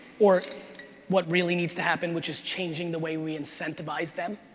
or what really needs to happen, which is changing the way we incentivize them.